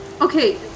Okay